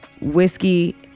whiskey